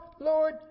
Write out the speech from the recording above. Lord